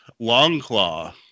Longclaw